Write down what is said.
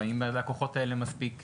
והאם הלקוחות האלה מספיק מוגנים.